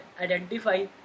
identify